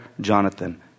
Jonathan